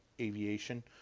aviation